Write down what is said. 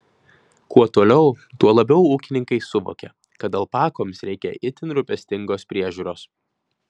kuo toliau tuo labiau ūkininkai suvokia kad alpakoms reikia itin rūpestingos priežiūros